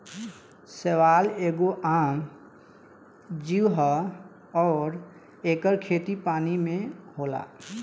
शैवाल एगो आम जीव ह अउर एकर खेती पानी में होला